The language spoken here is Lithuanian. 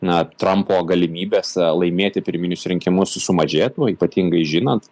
na trampo galimybės laimėti pirminius rinkimus sumažėtų ypatingai žinant